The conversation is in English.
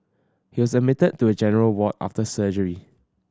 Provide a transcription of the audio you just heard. he was admitted to a general ward after surgery